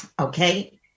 okay